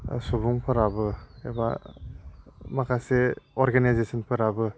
सुबुंफोराबो एबा माखासे अर्गेनाइजेसनफोराबो